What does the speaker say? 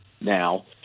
now